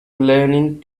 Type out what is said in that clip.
learning